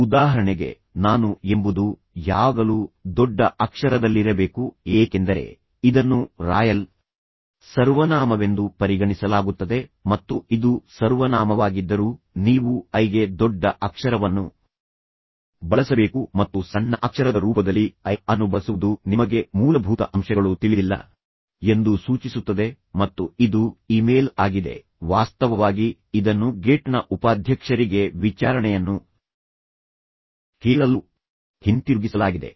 ಉದಾಹರಣೆಗೆ ನಾನು ಎಂಬುದು ಯಾವಾಗಲೂ ದೊಡ್ಡ ಅಕ್ಷರದಲ್ಲಿರಬೇಕು ಏಕೆಂದರೆ ಇದನ್ನು ರಾಯಲ್ ಸರ್ವನಾಮವೆಂದು ಪರಿಗಣಿಸಲಾಗುತ್ತದೆ ಮತ್ತು ಇದು ಸರ್ವನಾಮವಾಗಿದ್ದರೂ ನೀವು ಐಗೆ ದೊಡ್ಡ ಅಕ್ಷರವನ್ನು ಬಳಸಬೇಕು ಮತ್ತು ಸಣ್ಣ ಅಕ್ಷರದ ರೂಪದಲ್ಲಿ ಐ ಅನ್ನು ಬಳಸುವುದು ನಿಮಗೆ ಮೂಲಭೂತ ಅಂಶಗಳು ತಿಳಿದಿಲ್ಲ ಎಂದು ಸೂಚಿಸುತ್ತದೆ ಮತ್ತು ಇದು ಇಮೇಲ್ ಆಗಿದೆ ವಾಸ್ತವವಾಗಿ ಇದನ್ನು ಗೇಟ್ನ ಉಪಾಧ್ಯಕ್ಷರಿಗೆ ವಿಚಾರಣೆಯನ್ನು ಕೇಳಲು ಹಿಂತಿರುಗಿಸಲಾಗಿದೆ